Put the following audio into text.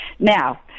Now